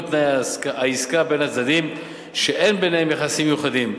תנאי העסקה בין הצדדים שאין ביניהם יחסים מיוחדים.